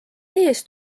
ees